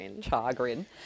Chagrin